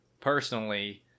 personally